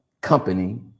company